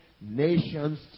nations